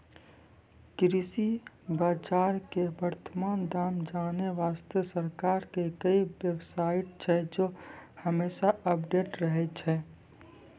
कृषि बाजार के वर्तमान दाम जानै वास्तॅ सरकार के कई बेव साइट छै जे हमेशा अपडेट रहै छै